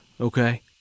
okay